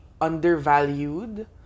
undervalued